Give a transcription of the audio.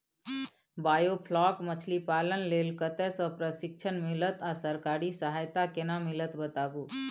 Biofloc मछलीपालन लेल कतय स प्रशिक्षण मिलत आ सरकारी सहायता केना मिलत बताबू?